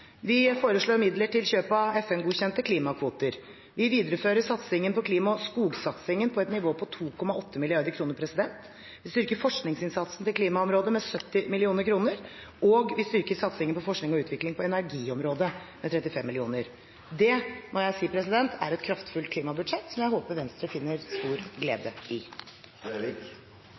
Vi foreslår midler til kjøp av FN-godkjente klimakvoter. Vi viderefører satsingen på klima- og skogsatsingen på et nivå på 2,8 mrd. kr. Vi styrker forskningsinnsatsen på klimaområdet med 70 mill. kr, og vi styrker satsingen på forskning og utvikling på energiområdet med 35 mill. kr. Det må jeg si er et kraftfullt klimabudsjett, som jeg håper Venstre finner stor glede i.